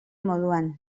moduan